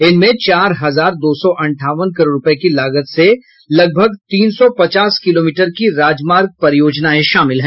इनमें चार हजार दो सौ अंठावन करोड़ रुपये की लागत से लगभग तीन सौ पचास किलोमीटर की राजमार्ग परियोजनाएं शामिल हैं